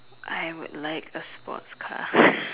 I would like a sports car